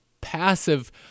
passive